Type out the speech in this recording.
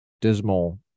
dismal